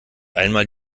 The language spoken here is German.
einmal